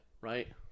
right